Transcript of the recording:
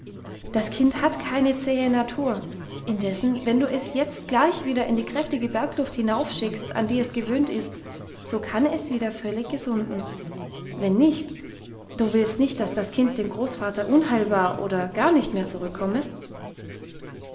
das kind hat keine zähe natur indessen wenn du es jetzt gleich wieder in die kräftige bergluft hinaufschickst an die es gewöhnt ist so kann es wieder völlig gesunden wenn nicht du willst nicht dass das kind dem großvater unheilbar oder gar nicht mehr zurückkomme